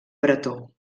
bretó